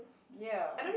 ya